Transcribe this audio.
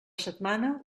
setmana